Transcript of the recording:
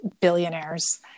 billionaires